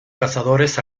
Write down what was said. cazadores